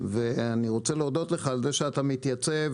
ואני רוצה להודות לך על זה שאתה מתייצב